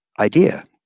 idea